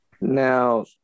Now